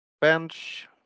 bench